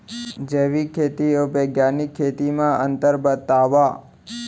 जैविक खेती अऊ बैग्यानिक खेती म अंतर बतावा?